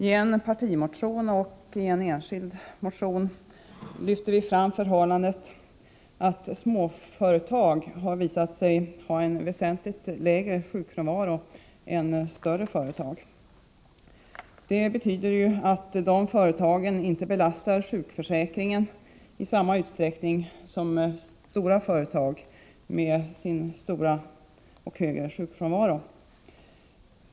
I en partimotion och i en enskild motion har vi lyft fram det förhållandet att småföretag har visat sig ha väsentligt lägre sjukfrånvaro än större företag. Det betyder att de mindre företagen inte belastar sjukförsäkringen i samma utsträckning som stora företag, med sin högre sjukfrånvaro.